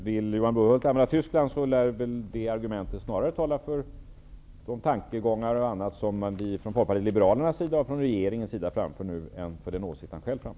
Om Johan Brohult vill använda Tyskland som argument, lär det snarare tala för de tankegångar som vi framför från Folkpartiet liberalerna och från regeringen, än för den åsikt som han själv framför.